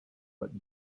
but